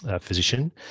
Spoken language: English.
physician